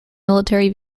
military